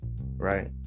right